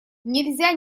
нельзя